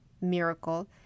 miracle